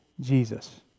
Jesus